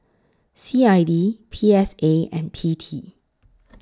C I D P S A and P T